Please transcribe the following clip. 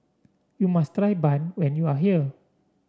you must try bun when you are here